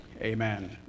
amen